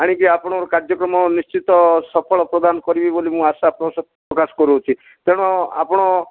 ଆଣିକି ଆପଣଙ୍କ କାର୍ଯ୍ୟକ୍ରମ ନିଶ୍ଚିତ ସଫଳ ପ୍ରଦାନ କରିବି ବୋଲି ମୁଁ ଆଶା ପ୍ରକାଶ କରୁଅଛି ତେଣୁ ଆପଣ